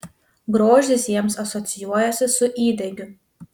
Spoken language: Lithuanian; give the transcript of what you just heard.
grožis jiems asocijuojasi su įdegiu